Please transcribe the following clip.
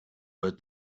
but